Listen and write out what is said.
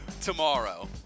tomorrow